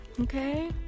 okay